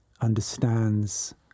understands